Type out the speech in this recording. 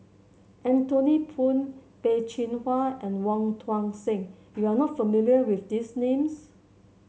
Anthony Poon Peh Chin Hua and Wong Tuang Seng you are not familiar with these names